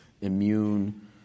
immune